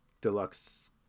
deluxe